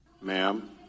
ma'am